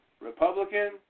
Republican